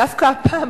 דווקא הפעם,